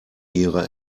ihre